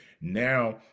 Now